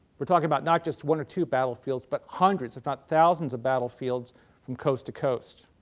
are talking about not just one or two battlefields, but hundreds if not thousands of battlefields from coast to coast.